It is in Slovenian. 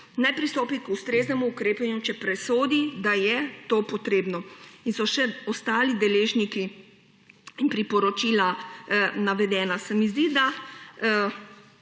naj pristopi k ustreznemu ukrepu, če presodi, da je to potrebno. In so še ostali deležniki in priporočila navedeni. Zdi se mi, da